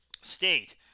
state